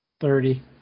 Thirty